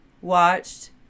watched